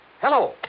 Hello